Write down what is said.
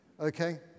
okay